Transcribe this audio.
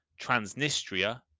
Transnistria